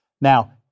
Now